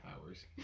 hours